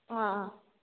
अँ अँ